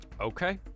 Okay